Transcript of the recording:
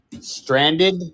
Stranded